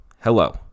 hello